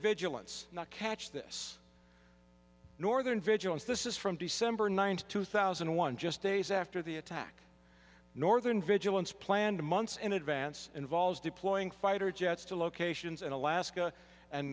vigilance not catch this northern vigilance this is from december ninth two thousand and one just days after the attack northern vigilance planned months in advance involves deploying fighter jets to locations in alaska and